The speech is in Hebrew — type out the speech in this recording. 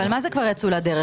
מה זה יצאו לדרך?